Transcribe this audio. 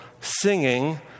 singing